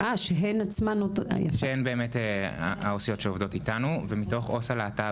בנושא והן עובדות אתנו ומתוך עו"ס הלהט"ב,